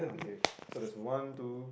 okay so there's one two